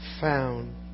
found